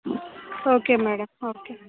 okay madam okay